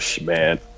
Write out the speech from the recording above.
man